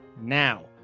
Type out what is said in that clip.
now